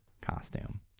costume